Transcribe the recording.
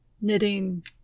knitting